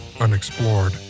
unexplored